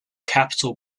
capitol